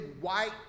white